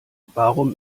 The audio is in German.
warum